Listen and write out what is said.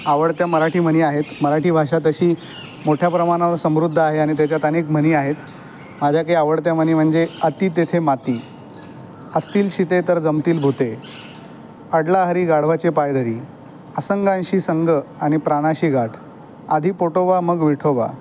आवडत्या मराठी म्हणी आहेत मराठी भाषा तशी मोठ्या प्रमाणावर समृद्ध आहे आणि त्याच्यात अनेक म्हणी आहेत माझ्या काही आवडत्या म्हणी म्हणजे अति तेथे माती असतील शिते तर जमतील भुते अडला हरी गाढवाचे पाय धरी असंगाशी संग आणि प्राणाशी गाठ आधी पोटोबा मग विठोबा